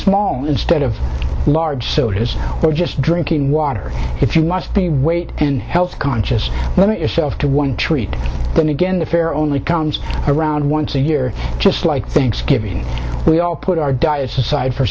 small instead of large sodas or just drinking water if you lost the weight and health conscious let yourself to one treat then again the fare only comes around once a year just like thanksgiving we all put our diets aside for